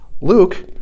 Luke